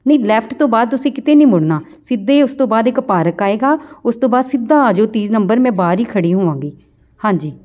ਨਹੀਂ ਲੈਫਟ ਤੋਂ ਬਾਅਦ ਤੁਸੀਂ ਕਿਤੇ ਨਹੀਂ ਮੁੜਨਾ ਸਿੱਧੇ ਉਸ ਤੋਂ ਬਾਅਦ ਇੱਕ ਪਾਰਕ ਆਏਗਾ ਉਸ ਤੋਂ ਬਾਅਦ ਸਿੱਧਾ ਆ ਜਿਓ ਤੀਹ ਨੰਬਰ ਮੈਂ ਬਾਹਰ ਹੀ ਖੜ੍ਹੀ ਹੋਵਾਂਗੀ ਹਾਂਜੀ